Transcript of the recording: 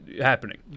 happening